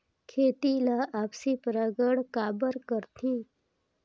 खेती ला आपसी परागण काबर करथे?